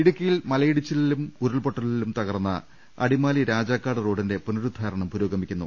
ഇടുക്കിയിൽ മലയിടിച്ചിലിലും ഉരുൾപൊട്ടലിലും തകർന്ന അടിമാലി രാജാക്കാട് റോഡിന്റെ പുനരുദ്ധാരണം പുരോഗമിക്കുന്നു